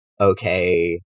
okay